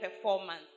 performance